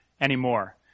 anymore